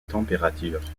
température